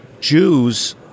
Jews